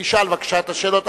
תשאל בבקשה את השאלות,